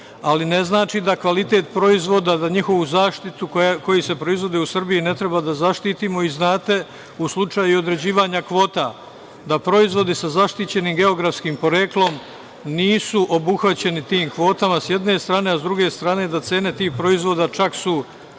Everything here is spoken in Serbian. ali ne znači da kvalitet proizvoda, da njihovu zaštitu koja su proizvodi u Srbiji ne treba da zaštitimo.I znate, u slučaju određivanja kvota da proizvodi sa zaštićenim geografskim poreklom nisu obuhvaćeni tim kvotama, sa jedne strane, a sa druge strane, cene tih proizvoda su